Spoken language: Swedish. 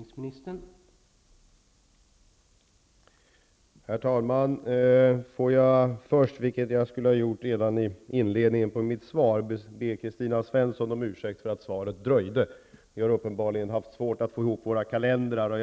Karlstad?